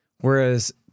Whereas